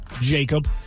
Jacob